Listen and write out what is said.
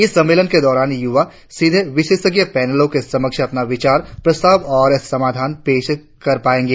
इस सम्मेलन के दौरान यूवा सिधे विशेषज्ञ पैनलो के समक्ष अपना विचार प्रस्ताव और समाधान पेश कर पायेंगे